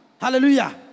Hallelujah